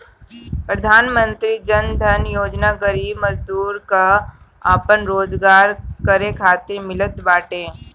प्रधानमंत्री जन धन योजना गरीब मजदूर कअ आपन रोजगार करे खातिर मिलत बाटे